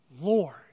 Lord